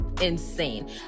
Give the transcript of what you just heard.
insane